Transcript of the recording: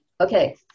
okay